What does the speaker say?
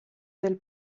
del